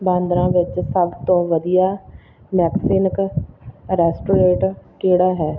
ਬਾਂਦਰਾ ਵਿੱਚ ਸਭ ਤੋਂ ਵਧੀਆ ਮੈਕਸੀਨਕ ਰੈਸਟੋਰੇਟ ਕਿਹੜਾ ਹੈ